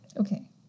Okay